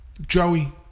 joey